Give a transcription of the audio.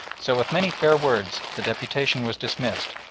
so with many fair words the deputation was dismissed,